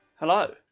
Hello